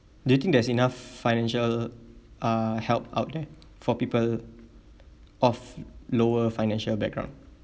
do you think there's enough financial uh help out there for people of lower financial background